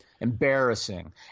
Embarrassing